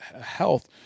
health